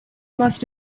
must